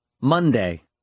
Monday